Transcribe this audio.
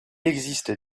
existe